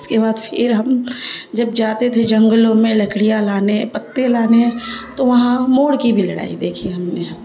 اس کے بعد پھر ہم جب جاتے تھے جنگلوں میں لکڑیاں لانے پتے لانے تو وہاں مور کی بھی لڑائی دیکھی ہم نے